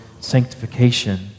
sanctification